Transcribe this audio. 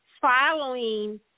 following